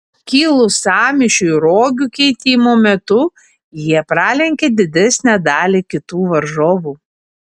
kilus sąmyšiui rogių keitimo metu jie pralenkė didesnę dalį kitų varžovų